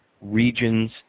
regions